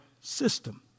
system